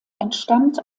entstammt